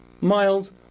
miles